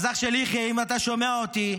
אז אח של יחיא, אם אתה שומע אותי,